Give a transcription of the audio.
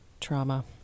trauma